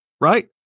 Right